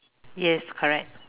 yes correct